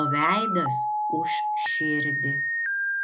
o veidas už širdį